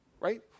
right